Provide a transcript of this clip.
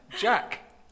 Jack